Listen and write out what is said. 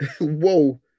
Whoa